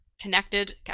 connected